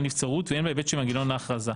נבצרות והן בהיבט של מנגנון ההכרזה.